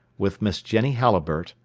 with miss jenny halliburtt,